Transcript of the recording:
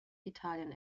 italien